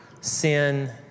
sin